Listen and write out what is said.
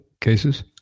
cases